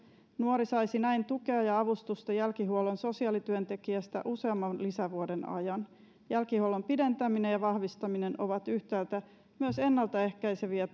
nuori saisi näin tukea ja avustusta jälkihuollon sosiaalityöntekijästä useamman lisävuoden ajan jälkihuollon pidentäminen ja vahvistaminen ovat yhtäältä myös ennaltaehkäiseviä